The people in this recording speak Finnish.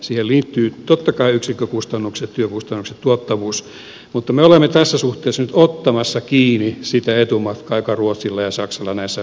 siihen liittyvät totta kai yksikkökustannukset työkustannukset tuottavuus mutta me olemme tässä suhteessa nyt ottamassa kiinni sitä etumatkaa joka ruotsilla ja saksalla näissä asioissa oli